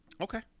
okay